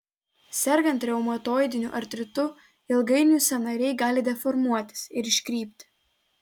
sergant reumatoidiniu artritu ilgainiui sąnariai gali deformuotis ir iškrypti